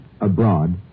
abroad